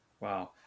Wow